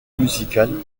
musical